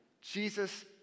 Jesus